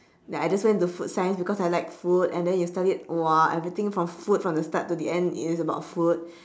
like I just went into food science because I like food and then you studied !wah! everything from food from the start to the end it is about food